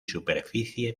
superficie